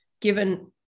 given